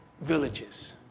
villages